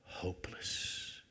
Hopeless